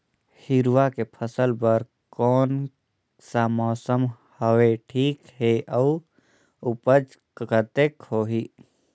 हिरवा के फसल बर कोन सा मौसम हवे ठीक हे अउर ऊपज कतेक होही?